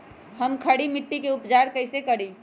हम खड़ी मिट्टी के उपचार कईसे करी?